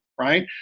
right